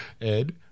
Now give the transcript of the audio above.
Ed